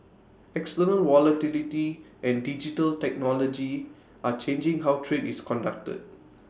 external volatility and digital technology are changing how trade is conducted